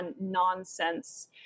nonsense